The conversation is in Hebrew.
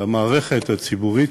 והמערכת הציבורית,